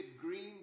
green